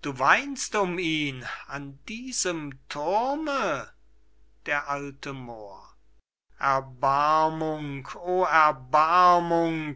du weinst um ihn an diesem thurme d a moor erbarmung o